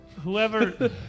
Whoever